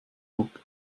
ruck